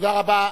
תודה רבה.